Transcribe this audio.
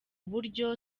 buryo